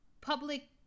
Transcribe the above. public